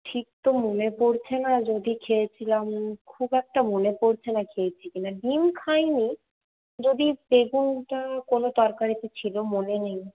ঠিক তো মনে পড়ছে না যদি খেয়েছিলাম খুব একটা মনে পড়ছে না খেয়েছি কি না ডিম খাইনি যদি বেগুনটা কোনো তরকারিতে ছিলো মনে নেই